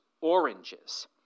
oranges